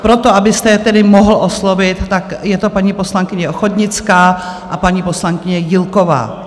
Proto, abyste je tedy mohl oslovit, tak je to paní poslankyně Ochodnická a paní poslankyně Jílková.